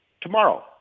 tomorrow